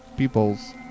people's